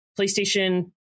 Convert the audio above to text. PlayStation